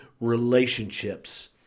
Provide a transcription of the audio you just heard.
relationships